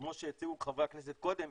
כמו שהציגו חברי הכנסת קודם,